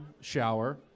shower